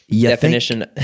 Definition